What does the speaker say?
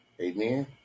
Amen